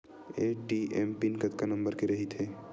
ATM pin कतका number के रही थे?